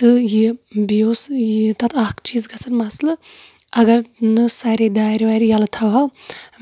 تہٕ یہِ بیٚیہِ اوس یہِ تَتھ اکھ چیٖز گَژھان مَثلہٕ اگر نہٕ سارے دارِ وارِ یلہٕ تھاوو